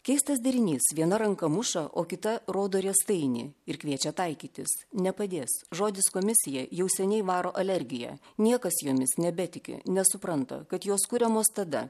keistas derinys viena ranka muša o kita rodo riestainį ir kviečia taikytis nepadės žodis komisija jau seniai varo alergiją niekas jomis nebetiki nes supranta kad jos kuriamos tada